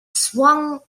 swung